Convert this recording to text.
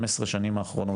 חמש עשרה השנים האחרונות.